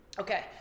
okay